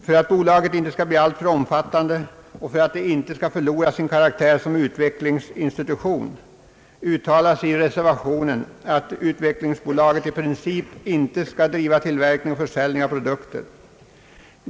För att bolaget inte skall bli alltför omfattande och inte förlora sin karaktär av utvecklingsinstitution uttalas i reservationen, att bolaget i princip inte skall driva tillverkning och försäljning av produkter.